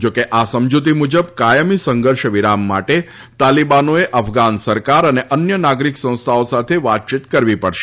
જોકે આ સમજૂતી મુજબ કાયમી સંઘર્ષ વિરામ માટે તાલીબાનોએ અફઘાન સરકાર અને અન્ય નાગરિક સંસ્થાઓ સાથે વાતચીત કરવી પડશે